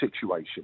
situation